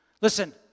Listen